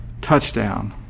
touchdown